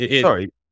sorry